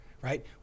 right